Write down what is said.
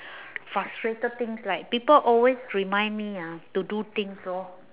frustrated things like people always remind me ah to do things lor